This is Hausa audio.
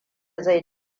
zai